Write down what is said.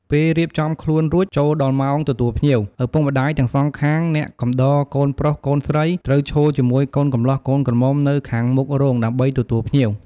ពេលរៀបចំខ្លួនរួចចូលដល់ម៉ោងទទួលភ្ញៀវ ឪពុកម្តាយទាំងសងខាង អ្នកកំដរកូនប្រុសកូនស្រីត្រូវឈរជាមួយកូនកម្លោះកូនក្រមុំនៅខាងមុខរោងដើម្បីទទួលភ្ញៀវ។